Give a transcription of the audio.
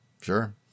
sure